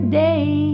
day